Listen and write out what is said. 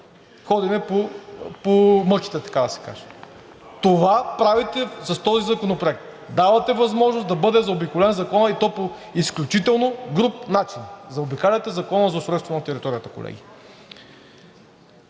ходене по мъките, така да се каже. Това правите с този законопроект – давате възможност да бъде заобиколен Законът, и то по изключително груб начин. Заобикаляте Закона за устройство на територията, колеги.